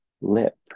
lip